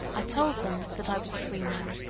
i told them that i was a free man,